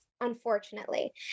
unfortunately